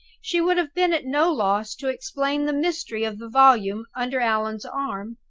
she would have been at no loss to explain the mystery of the volume under allan's arm,